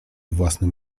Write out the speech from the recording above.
własnym